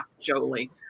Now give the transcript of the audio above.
Jolie